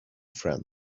friend